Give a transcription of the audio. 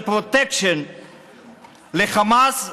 פרוטקשן לחמאס.